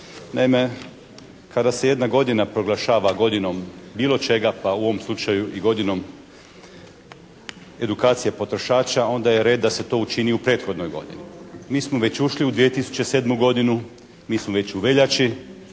Naime, kada se jedna godina proglašava godinom bilo čega pa u ovom slučaju i godinom edukacije potrošača onda je red da se to učini u prethodnoj godini. Mi smo već ušli u 2007. godinu, mi smo već u veljači,